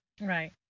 Right